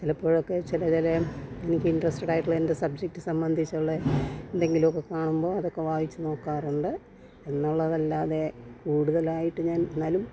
ചിലപ്പോഴൊക്കെ ചിലരെ എനിക്ക് ഇൻട്രസ്റ്റഡ് ആയിട്ടുള്ള എൻ്റെ സബ്ജക്റ്റ് സംബന്ധിച്ചുള്ള എന്തെങ്കിലും ഒക്കെ കാണുമ്പോൾ അതൊക്കെ വായിച്ചു നോക്കാറുണ്ട് എന്നുള്ളതല്ലാതെ കൂടുതലായിട്ട് ഞാൻ എന്നാലും